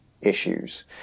issues